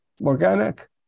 organic